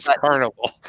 carnival